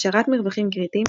השארת מרווחים קריטיים.